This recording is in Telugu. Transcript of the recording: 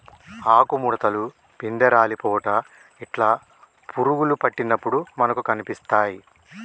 ఆకు ముడుతలు, పిందె రాలిపోవుట ఇట్లా పురుగులు పట్టినప్పుడు మనకు కనిపిస్తాయ్